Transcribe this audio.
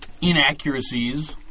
inaccuracies